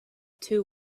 two